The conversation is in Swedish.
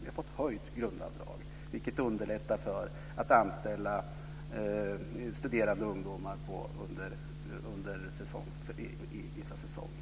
Vi har fått höjt grundavdrag, vilket underlättar för att anställa studerande ungdomar under vissa säsonger.